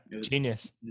genius